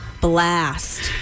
blast